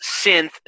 synth